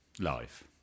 live